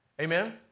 Amen